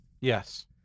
Yes